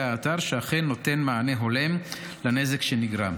האתר שאכן הוא נותן מענה הולם לנזק שנגרם.